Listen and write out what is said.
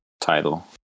title